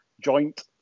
joint